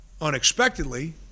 Unexpectedly